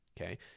okay